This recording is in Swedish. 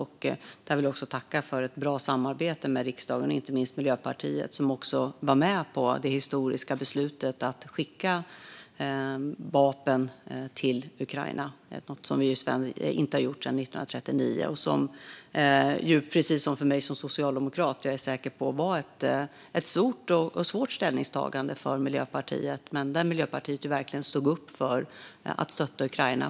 Jag vill tacka för ett bra samarbete med riksdagen, inte minst med Miljöpartiet, som också var med på det historiska beslutet att skicka vapen till Ukraina - något vi inte har gjort sedan 1939 och som jag är säker på innebar, precis som för mig som socialdemokrat, ett stort och svårt ställningstagande för Miljöpartiet. Men Miljöpartiet stod verkligen upp för att stötta Ukraina.